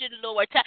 lord